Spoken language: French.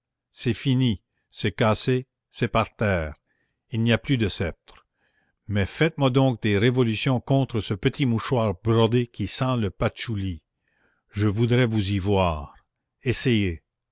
c'est fini c'est cassé c'est par terre il n'y a plus de sceptre mais faites-moi donc des révolutions contre ce petit mouchoir brodé qui sent le patchouli je voudrais vous y voir essayez